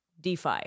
DeFi